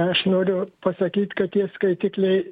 aš noriu pasakyt kad tie skaitikliai